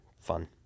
Fun